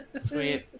Sweet